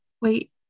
wait